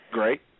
Great